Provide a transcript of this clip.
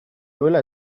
nuela